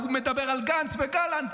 הוא מדבר על גנץ וגלנט,